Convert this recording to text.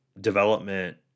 development